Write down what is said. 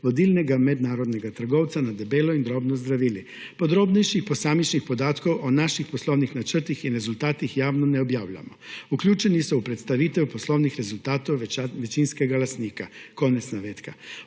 vodilnega mednarodnega trgovca na debelo in drobno z zdravili. Podrobnejših posamičnih podatkov o naših poslovnih načrtih in rezultatih javno ne objavljamo. Vključeni so v predstavitev poslovnih rezultatov večinskega lastnika.« Konec navedka.